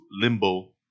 limbo